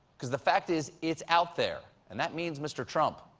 because the fact is, it's out there, and that means, mr. trump,